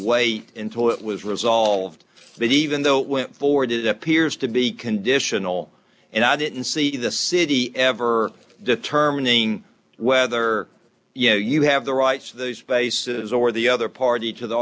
wait until it was resolved that even though it went forward it appears to be conditional and i didn't see the city ever determining whether you know you have the rights of the spaces or the other party to the